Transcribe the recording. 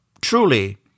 truly